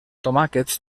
tomàquets